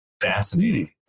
fascinating